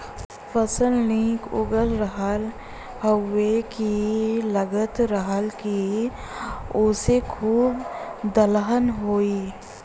फसल निक उगल रहल हउवे की लगत रहल की असों खूबे दलहन होई